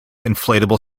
inflatable